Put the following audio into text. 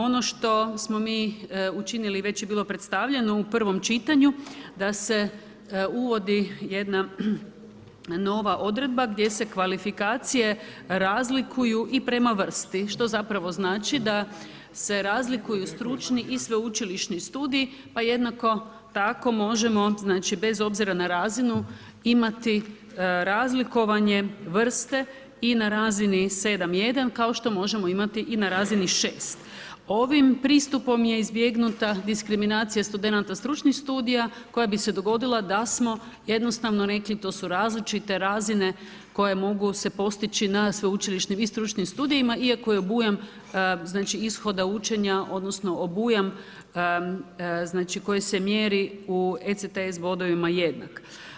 Ono što smo mi učinili, već je bilo predstavljeno u prvom čitanju da se uvodi jedna n ova odredba, gdje se kvalifikacije razlikuju i prema vrsti, što zapravo znači da se razlikuju stručni i sveučilišni studij, pa jednako tako možemo, bez obzira na razinu imati razlikovanje vrste i na razini 7.1. kao što možemo imati i na razini 6. Ovim pristupom je izbjegnuta diskriminacija studenata stručnih studija, koja bi se dogodila da smo jednostavno rekli, to su različite razine, koje mogu se postići na sveučilišnim i stručnim studijima, iako je obujam ishoda učenja, odnosno, obujam znači koji se mjeri u ECTS bodovima jednak.